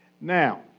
Now